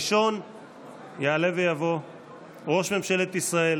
ראשון יעלה ויבוא ראש ממשלת ישראל